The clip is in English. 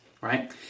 right